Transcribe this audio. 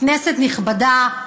כנסת נכבדה,